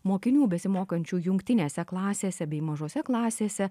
mokinių besimokančių jungtinėse klasėse bei mažose klasėse